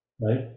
right